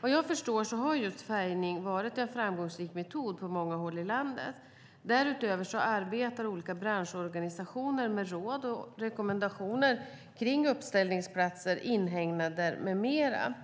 Vad jag förstår har just färgning varit en framgångsrik metod på många håll i landet. Därutöver arbetar olika branschorganisationer med råd och rekommendationer kring uppställningsplatser, inhägnader med mera.